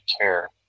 care